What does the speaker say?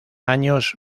años